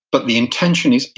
but the intention is,